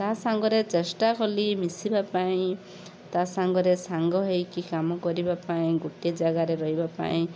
ତା' ସାଙ୍ଗରେ ଚେଷ୍ଟା କଲି ମିଶିବା ପାଇଁ ତା' ସାଙ୍ଗରେ ସାଙ୍ଗ ହୋଇକି କାମ କରିବା ପାଇଁ ଗୋଟେ ଜାଗାରେ ରହିବା ପାଇଁ